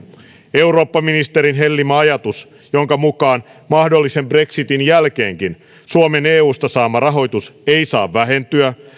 eurooppaministerin hellimä ajatus jonka mukaan mahdollisen brexitin jälkeenkin suomen eusta saama rahoitus ei saa vähentyä